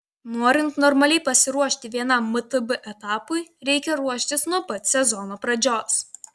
norint normaliai pasiruošti vienam mtb etapui reikia ruoštis nuo pat sezono pradžios